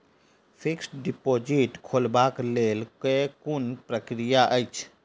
Fixed deposit खोलबाक लेल केँ कुन प्रक्रिया अछि?